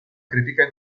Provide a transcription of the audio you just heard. critica